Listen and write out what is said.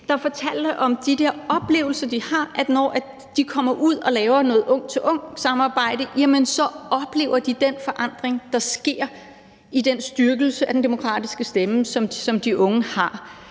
der fortalte om de der oplevelser, de har, altså at når de kommer ud og laver noget ung til ung-samarbejde, oplever de den forandring, der sker i den styrkelse af den demokratiske stemme, som de unge har.